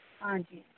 ਹਾਂਜੀ